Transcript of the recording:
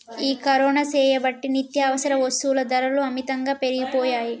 ఈ కరోనా సేయబట్టి నిత్యావసర వస్తుల ధరలు అమితంగా పెరిగిపోయాయి